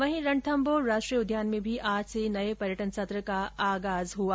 वहीं रणथम्मौर राष्ट्रीय उद्यान में भी आज से नये पर्यटन सत्र का आगाज हुआ